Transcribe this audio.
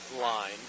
line